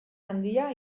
handia